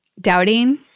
doubting